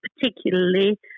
particularly